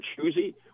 choosy